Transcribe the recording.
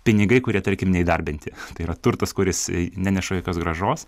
pinigai kurie tarkim neįdarbinti yra turtas kuris neneša jokios grąžos